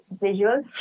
visual